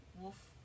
wolf